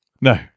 No